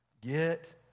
Get